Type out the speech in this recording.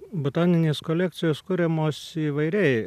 botaninės kolekcijos kuriamos įvairiai